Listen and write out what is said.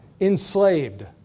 Enslaved